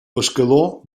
pescador